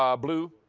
um blue,